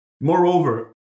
Moreover